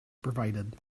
provided